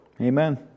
Amen